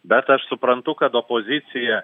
bet aš suprantu kad opozicija